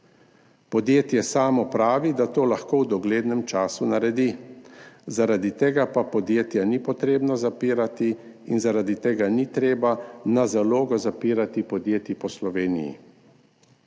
Podjetje sámo pravi, da to lahko naredi v doglednem času, zaradi tega pa podjetja ni potrebno zapirati in zaradi tega ni treba na zalogo zapirati podjetij po Sloveniji.